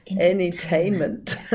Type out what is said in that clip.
entertainment